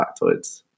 factoids